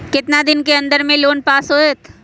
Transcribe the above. कितना दिन के अन्दर में लोन पास होत?